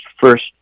first